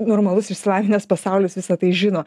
normalus išsilavinęs pasaulis visa tai žino